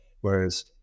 whereas